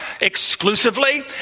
exclusively